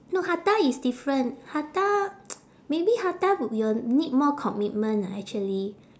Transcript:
no hatha is different hatha maybe hatha you will need more commitment ah actually